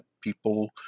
people